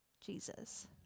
Jesus